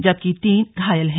जबकि तीन घायल हैं